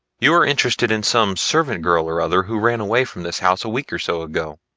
you are interested in some servant girl or other who ran away from this house a week or so ago.